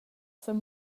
san